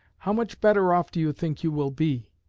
how much better off do you think you will be?